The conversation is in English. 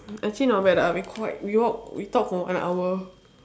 actually not bad ah we quite we walked we talked for an hour